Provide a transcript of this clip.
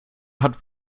hat